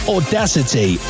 Audacity